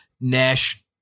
Nash